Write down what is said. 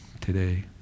today